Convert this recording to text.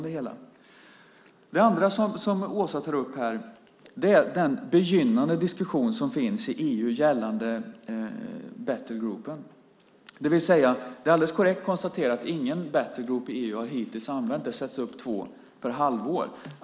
Det andra som Åsa tar upp är den begynnande diskussion som sker i EU gällande Battlegroup. Det är alldeles korrekt konstaterat: Ingen battlegroup i EU har hittills använts. Det sätts upp två per halvår.